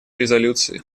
резолюции